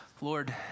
Lord